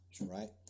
right